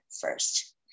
first